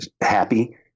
happy